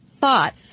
thought